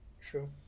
True